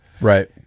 Right